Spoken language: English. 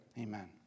amen